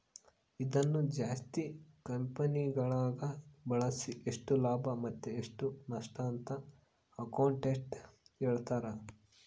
ಇದನ್ನು ಜಾಸ್ತಿ ಕಂಪೆನಿಗಳಗ ಬಳಸಿ ಎಷ್ಟು ಲಾಭ ಮತ್ತೆ ಎಷ್ಟು ನಷ್ಟಅಂತ ಅಕೌಂಟೆಟ್ಟ್ ಹೇಳ್ತಾರ